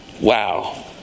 Wow